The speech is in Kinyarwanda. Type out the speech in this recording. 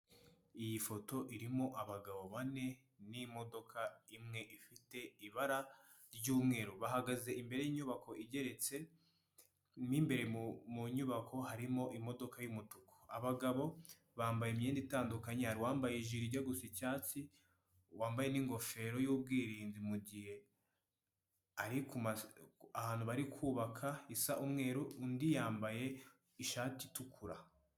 Iyi foto irimo abagabo bane n'imodoka imwe ifite ibara ry'umweru bahagaze imbere y'inyubako igeretse mo imbere mu nyubako harimo imodoka y'umutuku, abagabo bambaye imyenda itandukanye hari uwambajije rijya gusa icyatsi wambaye n'ingofero y'ubwirinzi mu gihe hari ku ahantu bari kubaka isa umweru undi yambaye ishati itukura.